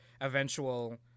eventual